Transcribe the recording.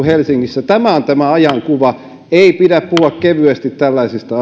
helsingissä tämä on tämä ajankuva ei pidä puhua kevyesti tällaisista